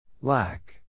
Lack